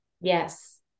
Yes